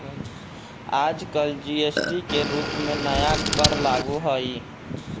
आजकल जी.एस.टी के रूप में नया कर लागू हई